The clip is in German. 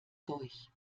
durch